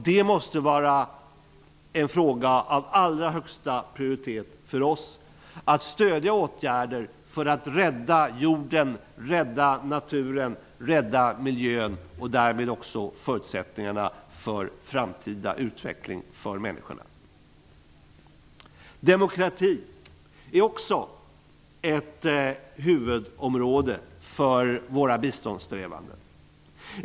Det måste vara en fråga av allra högsta prioritet för oss att stödja åtgärder för att rädda jorden, rädda naturen, rädda miljön och därmed också förutsättningarna för framtida utveckling för människorna. Demokrati är också ett huvudområde för våra biståndssträvanden.